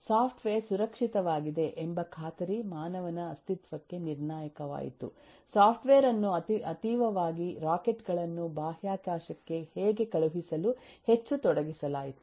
software ಸುರಕ್ಷಿತವಾಗಿದೆ ಎಂಬ ಖಾತರಿಮಾನವನ ಅಸ್ತಿತ್ವಕ್ಕೆ ನಿರ್ಣಾಯಕವಾಯಿತು ಸಾಫ್ಟ್ವೇರ್ ಅನ್ನು ಅತೀವವಾಗಿ ರಾಕೆಟ್ ಗಳನ್ನು ಬಾಹ್ಯಾಕಾಶಕ್ಕೆ ಹೀಗೆ ಕಳುಹಿಸಲು ಹೆಚ್ಚು ತೊಡಗಿಸಲಾಯಿತು